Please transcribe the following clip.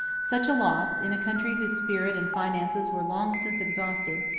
such a loss, in a country whose spirit and finances were long since exhausted,